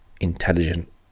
intelligent